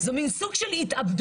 זה מין סוג של התאבדות.